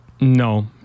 no